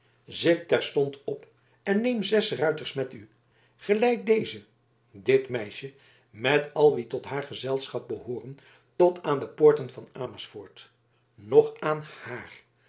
zit terstond op en neem zes ruiters met u geleid deze dit meisje met al wie tot haar gezelschap behooren tot aan de poorten van amersfoort noch aan haar